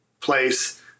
place